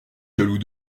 jaloux